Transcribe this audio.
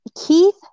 Keith